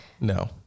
No